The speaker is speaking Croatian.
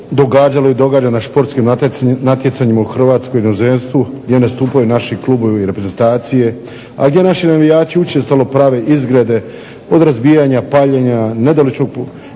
događalo i događa na športskim natjecanjima u Hrvatskoj, u inozemstvu gdje nastupaju naši klubovi i reprezentacije, a gdje naši navijači učestalo prave izgrade od razbijanja, paljenja, nedoličnog